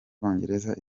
bwongereza